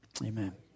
Amen